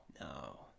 No